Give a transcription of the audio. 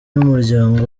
n’umuryango